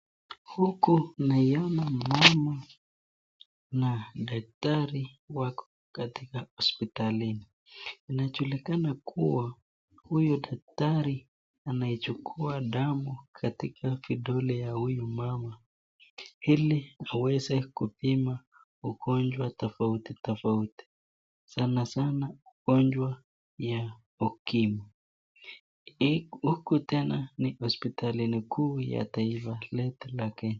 Huku namuona mama na daktari wako katika hospitalini. Inajulikana kuwa huyu daktari anaichukua damu katika kidole ya huyu mama ili aweze kupima ugonjwa tofauti tofauti sanasana ugonjwa wa ukimwi. Huku tena ni hospitali kuu ya Kenya.